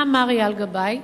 מה אמר אייל גבאי,